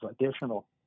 additional